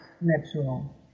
natural